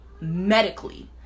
medically